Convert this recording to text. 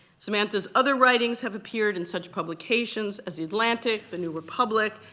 samantha's other writings have appeared in such publications as the atlantic, the new republic,